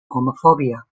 homophobia